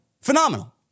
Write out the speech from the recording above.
Phenomenal